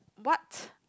what